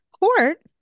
court